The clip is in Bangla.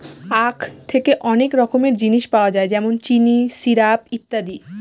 আঁখ থেকে অনেক রকমের জিনিস পাওয়া যায় যেমন চিনি, সিরাপ, ইত্যাদি